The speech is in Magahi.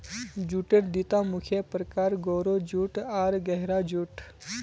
जूटेर दिता मुख्य प्रकार, गोरो जूट आर गहरा जूट